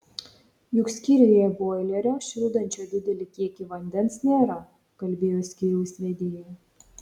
juk skyriuje boilerio šildančio didelį kiekį vandens nėra kalbėjo skyriaus vedėja